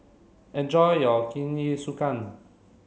enjoy your Jingisukan